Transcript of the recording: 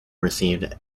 received